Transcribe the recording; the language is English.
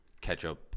ketchup